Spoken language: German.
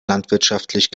landwirtschaftlich